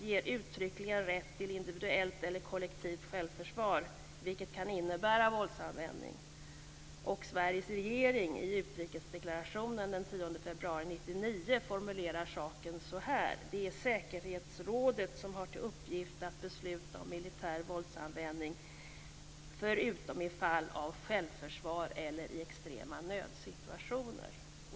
51) ger uttryckligen rätt till individuellt och kollektivt självförsvar, vilket kan innebära våldsanvändning. Sveriges regering formulerar saken så här: 'Det är säkerhetsrådet som har till uppgift att besluta om militär våldsanvändning, förutom i fall av självförsvar eller i extrema nödsituationer'."